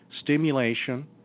stimulation